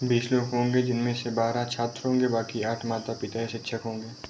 बीस लोग होंगे जिनमें से बारह छात्र होंगे बाकी आठ माता पिता या शिक्षक होंगे